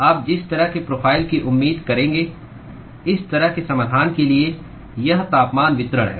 आप जिस तरह के प्रोफाइल की उम्मीद करेंगे इस तरह के समाधान के लिए यह तापमान वितरण है